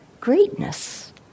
greatness